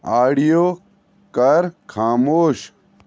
audio کر خاموش